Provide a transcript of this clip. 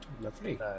Lovely